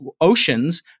oceans